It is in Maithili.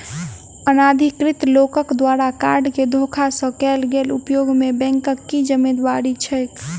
अनाधिकृत लोकक द्वारा कार्ड केँ धोखा सँ कैल गेल उपयोग मे बैंकक की जिम्मेवारी छैक?